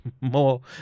more